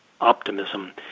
optimism